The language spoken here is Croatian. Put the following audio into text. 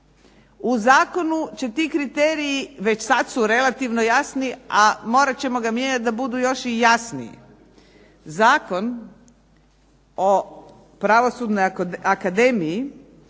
U Zakonu će ti kriteriji, već sada su relativno jasni, a morat ćemo ga mijenjati da budu još i jasniji. Zakon o pravosudnoj akademiji